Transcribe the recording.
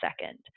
second